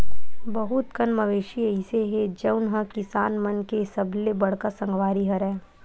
बहुत कन मवेशी अइसे हे जउन ह किसान मन के सबले बड़का संगवारी हरय